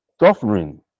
suffering